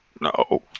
No